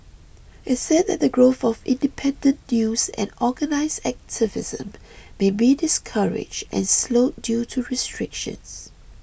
it said that the growth of independent news and organised activism may be discouraged and slowed due to restrictions